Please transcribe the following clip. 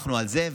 אנחנו על זה,